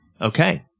Okay